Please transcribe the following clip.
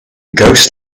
ghost